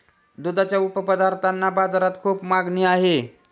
दुधाच्या उपपदार्थांना बाजारात खूप मागणी आहे